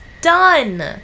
done